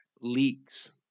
leaks